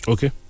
Okay